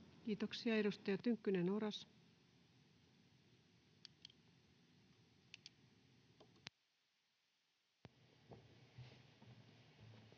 Kiitoksia. — Edustaja Tynkkynen, Oras.